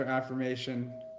affirmation